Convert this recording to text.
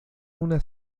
una